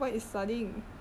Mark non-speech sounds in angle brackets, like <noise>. <laughs>